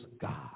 God